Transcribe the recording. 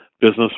business